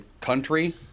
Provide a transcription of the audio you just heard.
country